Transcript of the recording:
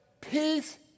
Peace